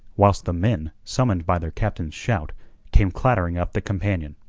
whilst the men summoned by their captain's shout came clattering up the companion.